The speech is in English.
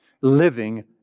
living